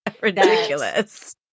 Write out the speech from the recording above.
ridiculous